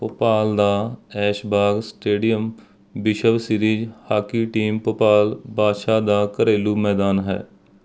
ਭੋਪਾਲ ਦਾ ਐਸ਼ਬਾਗ ਸਟੇਡੀਅਮ ਵਿਸ਼ਵ series hockey team Bhopal Badshah ਦਾ ਘਰੇਲੂ ਮੈਦਾਨ ਹੈ